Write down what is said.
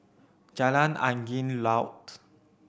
Jalan Angin Laut